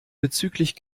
bezüglich